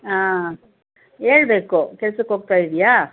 ಹಾಂ ಹೇಳ್ಬೇಕು ಕೆಲ್ಸಕ್ಕೆ ಹೋಗ್ತಾಯಿದ್ದೀಯಾ